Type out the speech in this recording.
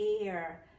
air